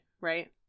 right